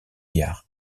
billard